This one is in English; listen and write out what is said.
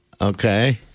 Okay